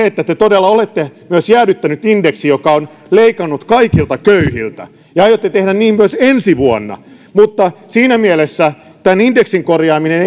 että te todella olette myös jäädyttänyt indeksin mikä on leikannut kaikilta köyhiltä ja aiotte tehdä niin myös ensi vuonna ja siinä mielessä tämän indeksin korjaaminen